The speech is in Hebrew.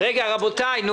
בוודאי.